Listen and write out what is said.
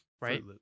Right